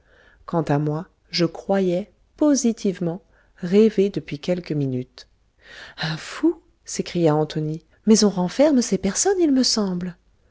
quant à moi je croyais positivement rêver depuis quelques minutes un fou s'écria antonie mais on renferme ces personnes il me semble